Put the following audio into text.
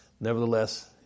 Nevertheless